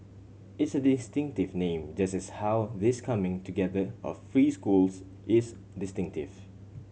it's a distinctive name just as how this coming together of three schools is distinctive